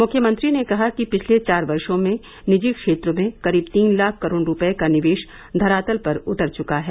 मुख्यमंत्री ने कहा कि पिछले चार वर्षो में निजी क्षेत्र में करीब तीन लाख करोड़ रूपये का निवेश धरातल पर उतर चुका है